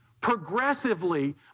progressively